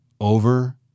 over